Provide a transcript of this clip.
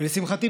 לשמחתי,